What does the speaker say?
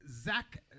Zach